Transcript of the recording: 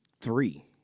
three